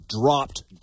dropped